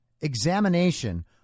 examination